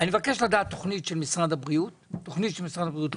לדעת מה משרד הבריאות הולך לעשות עכשיו,